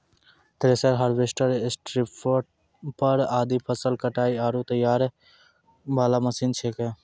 thresher, harvester, stripper आदि फसल कटाई आरो तैयारी वाला मशीन छेकै